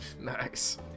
Nice